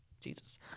Jesus